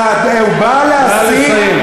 אתה מקשקש,